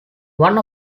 one